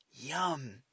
yum